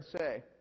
say